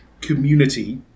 community